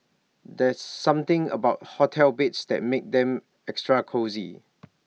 there's something about hotel beds that makes them extra cosy